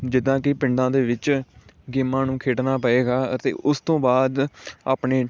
ਜਿੱਦਾਂ ਕਿ ਪਿੰਡਾਂ ਦੇ ਵਿੱਚ ਗੇਮਾਂ ਨੂੰ ਖੇਡਣਾ ਪਏਗਾ ਅਤੇ ਉਸ ਤੋਂ ਬਾਅਦ ਆਪਣੇ